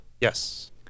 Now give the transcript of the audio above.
Yes